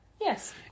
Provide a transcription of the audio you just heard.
Yes